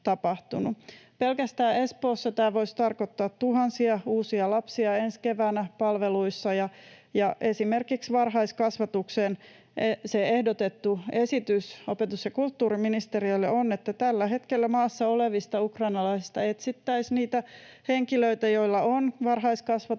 Pelkästään Espoossa tämä voisi tarkoittaa tuhansia uusia lapsia ensi keväänä palveluissa, ja esimerkiksi varhaiskasvatukseen ehdotettu esitys opetus- ja kulttuuriministeriölle on, että tällä hetkellä maassa olevista ukrainalaisista etsittäisiin niitä henkilöitä, joilla on varhaiskasvatuksen